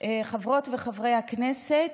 חברות וחברי הכנסת,